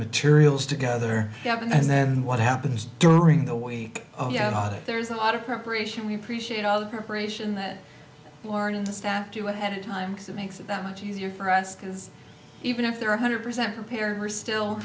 materials together happen and then what happens during the week oh yeah a lot of there's a lot of preparation we appreciate all the preparation that morning the staff do ahead of time because it makes it that much easier for us because even if there are a hundred percent compared we're still